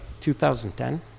2010